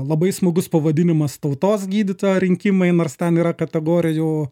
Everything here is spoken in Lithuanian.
labai smagus pavadinimas tautos gydytojo rinkimai nors ten yra kategorijų